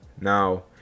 now